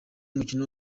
mukino